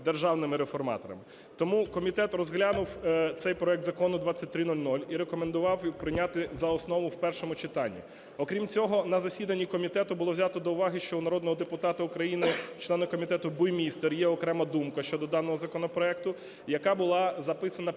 державними реформаторами. Тому комітет розглянув цей проект Закону 2300 і рекомендував прийняти за основу в першому читанні. Окрім цього, на засіданні комітету було взято до уваги, що у народного депутата України - члена комітету Буймістер є окрема думка щодо даного законопроекту, яка була записана під